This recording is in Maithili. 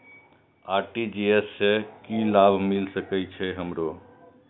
आर.टी.जी.एस से की लाभ मिल सके छे हमरो?